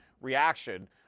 reaction